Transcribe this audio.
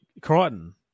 Crichton